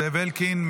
זאב אלקין,